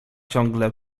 ciągle